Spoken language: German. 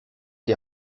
die